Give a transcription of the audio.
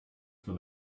for